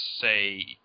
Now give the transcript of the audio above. say